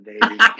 baby